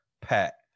Pat